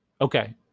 Okay